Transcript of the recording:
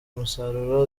umusaruro